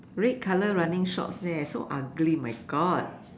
red colour running shorts leh so ugly my God